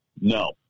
No